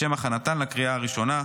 לשם הכנתן לקריאה הראשונה.